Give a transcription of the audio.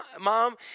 mom